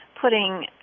putting